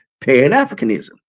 Pan-Africanism